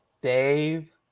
Dave